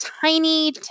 tiny